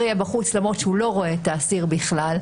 יהיה בחוץ למרות שהוא לא רואה את האסיר בכלל.